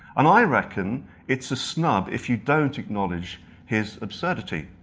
and i reckon it's a snub if you don't acknowledge his absurdity.